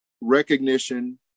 recognition